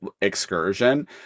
excursion